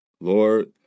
Lord